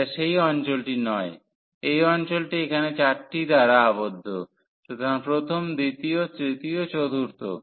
এটা সেই অঞ্চলটি নয় এই অঞ্চলটি এখানে এই চারটি দ্বারা আবদ্ধ সুতরাং প্রথম দ্বিতীয় তৃতীয় এবং চতুর্থ